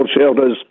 shelters